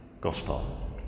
Gospel